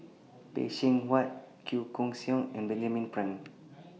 Phay Seng Whatt Chua Koon Siong and Benjamin Frank